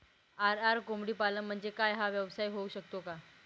RR कोंबडीपालन म्हणजे काय? हा व्यवसाय होऊ शकतो का?